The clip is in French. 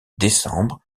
décembre